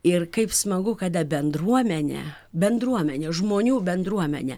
ir kaip smagu kada bendruomenę bendruomenė žmonių bendruomenė